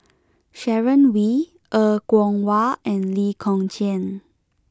Sharon Wee Er Kwong Wah and Lee Kong Chian